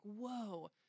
whoa